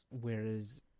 Whereas